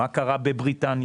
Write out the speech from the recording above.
מה קרה בבריטניה.